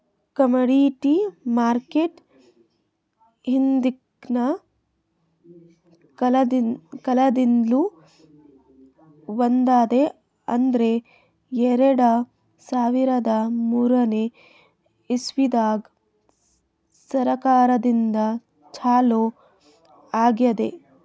commodity market ಹಿಂದ್ಕಿನ್ ಕಾಲದಿಂದ್ಲು ಬಂದದ್ ಆದ್ರ್ ಎರಡ ಸಾವಿರದ್ ಮೂರನೇ ಇಸ್ವಿದಾಗ್ ಸರ್ಕಾರದಿಂದ ಛಲೋ ಆಗ್ಯಾದ್